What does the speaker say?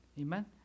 Amen